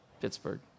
Pittsburgh